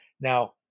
Now